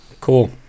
cool